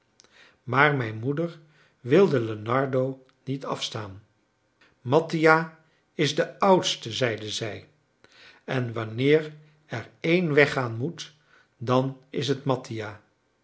maar mijn moeder wilde lenardo niet afstaan mattia is de oudste zeide zij en wanneer er een weggaan moet dan is het mattia